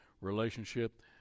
relationship